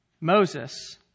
Moses